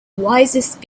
wisest